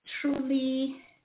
truly